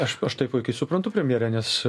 aš aš tai puikiai suprantu premjerę nes